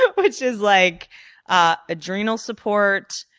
so which is like adrenal support,